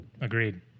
agreed